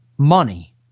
Money